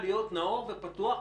להיות נאור ופתוח,